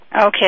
Okay